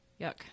Yuck